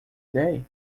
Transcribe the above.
dei